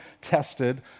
tested